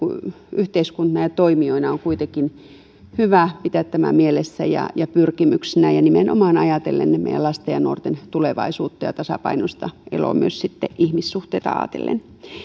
yhteiskunnan toimijoina on kuitenkin hyvä pitää tämä mielessä ja ja pyrkimyksenä ja ja nimenomaan ajatellen meidän lastemme ja nuortemme tulevaisuutta ja tasapainoista eloa myös sitten ihmissuhteita ajatellen